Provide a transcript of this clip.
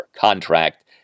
contract